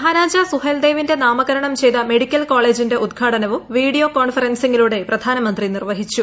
മഹാരാജാ സുഹേൽദേവിന്റെ നാമകരണം ചെയ്ത മെഡിക്കൽ കോളേജിന്റെ ഉദ്ഘാടനവും വീഡിയോ കോൺഫറൻസിംഗിലൂടെ പ്രധാനമന്ത്രി നിർവ്വഹിച്ചു